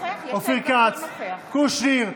אופיר כץ, קושניר,